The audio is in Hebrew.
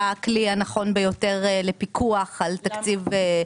הכלי הנכון ביותר לפיקוח על תקציב דו שנתי.